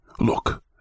look